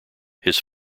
his